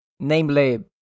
Namely